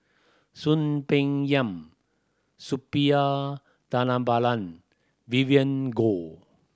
Soon Peng Yam Suppiah Dhanabalan Vivien Goh